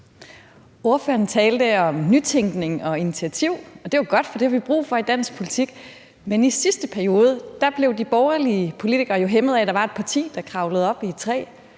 Ordføreren talte om nytænkning og initiativ, og det er jo godt, for det har vi brug for i dansk politik. Men i sidste periode blev de borgerlige politikere jo hæmmet af, at der var et parti, der kravlede op i et træ,